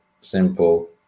simple